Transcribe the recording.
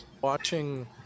watching